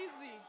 Easy